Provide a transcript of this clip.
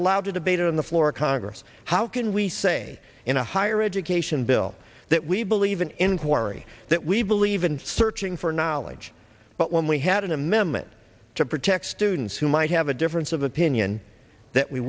allowed to debate it on the floor of congress how can we say in a higher education bill that we believe in inquiry that we believe in searching for knowledge but when we had an amendment to protect students who might have a difference of opinion that we